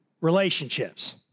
relationships